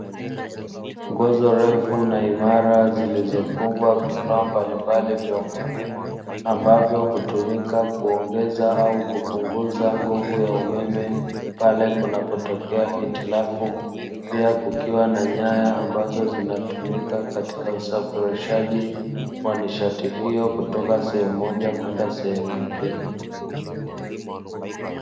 Nguzo ndefu na imara, zilizofungwa vifaa mbalimbali vya umeme ambavyo hutumika kuongeza au kupunguza nguvu ya umeme pale kunapotokea hitilafu. Pia kukiwa na nyaya ambazo zinatumika katika usafirishaji wa nishati hiyo kutoka sehemu moja kwenda sehemu nyingine.